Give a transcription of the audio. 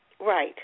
Right